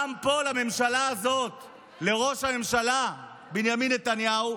גם פה לממשלה הזאת, לראש הממשלה בנימין נתניהו,